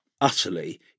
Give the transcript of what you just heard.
utterly